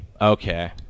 Okay